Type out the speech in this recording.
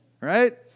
right